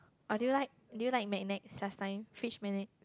or do you like do you like magnets last time fish magnet